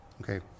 okay